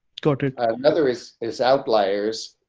go to another is is outliers,